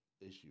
issue